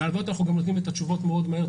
בוועדות אנחנו נותנים את התשובות מאוד מהר,